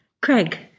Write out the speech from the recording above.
Craig